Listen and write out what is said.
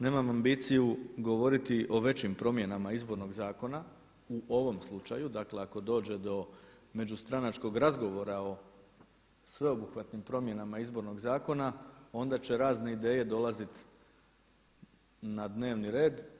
Nemam ambiciju govoriti o većim promjenama izbornog zakona u ovom slučaju, dakle ako dođe do međustranačkog razgovora o sveobuhvatnim promjenama Izbornog zakona onda će razne ideje dolazit na dnevni red.